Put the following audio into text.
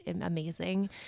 amazing